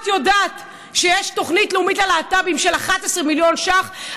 את יודעת שיש תוכנית לאומית ללהט"בים של 11 מיליון שקלים?